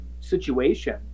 situation